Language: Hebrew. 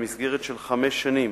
במסגרת של חמש שנים,